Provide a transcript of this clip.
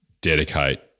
dedicate